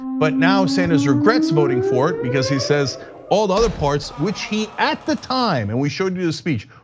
but now sanders regrets voting for it because he says all the other parts which he, at the time and we showed you the speech,